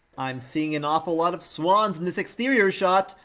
i'm seeing an awful lot of swans in this exterior shot!